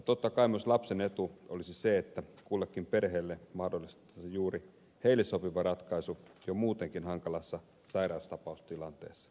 totta kai myös lapsen etu olisi se että kullekin perheelle mahdollistettaisiin juuri niille sopiva ratkaisu jo muutenkin hankalassa sairaustapaustilanteessa